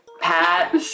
Pat